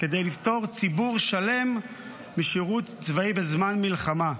כדי לפטור ציבור שלם משירות צבאי בזמן מלחמה.